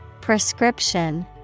Prescription